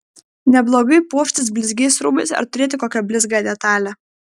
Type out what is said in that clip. neblogai puoštis blizgiais rūbais ar turėti kokią blizgią detalę